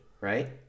right